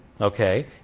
okay